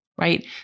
right